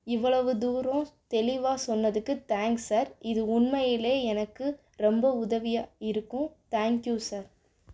இவ்வளவு தூரம் தெளிவாக சொன்னதுக்கு தேங்க்ஸ் சார் இது உண்மையிலே எனக்கு ரொம்ப உதவியாக இருக்கும் தேங்க் யூ சார்